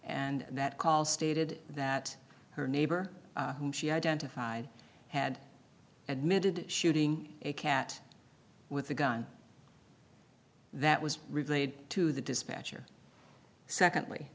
and that call stated that her neighbor whom she identified had admitted shooting a cat with a gun that was relayed to the dispatcher